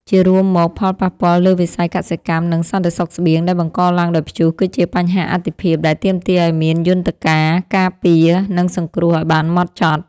ជារួមមក ផលប៉ះពាល់លើវិស័យកសិកម្ម និងសន្តិសុខស្បៀង ដែលបង្កឡើងដោយព្យុះ គឺជាបញ្ហាអាទិភាពដែលទាមទារឱ្យមានយន្តការការពារ និងសង្គ្រោះឱ្យបានហ្មត់ចត់។